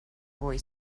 boy